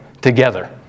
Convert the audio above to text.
together